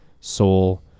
soul